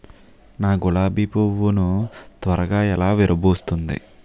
నా గులాబి పువ్వు ను త్వరగా ఎలా విరభుస్తుంది?